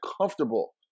comfortable